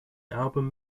album